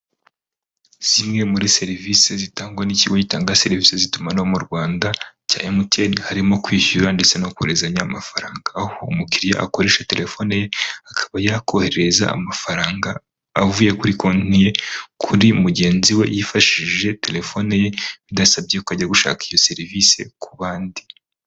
Zimwe muri serivisi zitangwa n'ikigo gitanga serivisi z'itumanaho mu Rwanda cya MTN, harimo kwishyura ndetse no kohererezanya amafaranga, aho umukiriya akoresha telefone ye akaba yakoherereza amafaranga avuye kuri konti ye kuri mugenzi we yifashishije telefone ye bidasabye ko ajya gushaka iyo serivisi ku bandi.